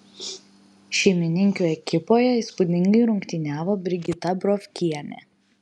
šeimininkių ekipoje įspūdingai rungtyniavo brigita brovkienė